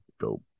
go